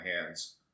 hands